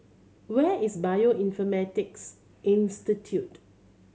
where is Bioinformatics Institute